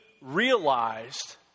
realized